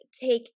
take